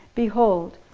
behold,